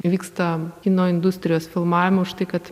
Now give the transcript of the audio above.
vyksta kino industrijos filmavimų už tai kad